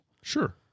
Sure